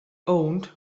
owned